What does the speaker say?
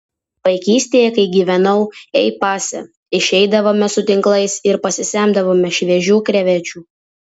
vaikystėje kai gyvenau ei pase išeidavome su tinklais ir pasisemdavome šviežių krevečių